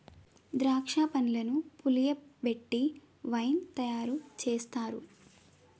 ద్రాక్ష పండ్లను పులియబెట్టి వైన్ తయారు చేస్తారు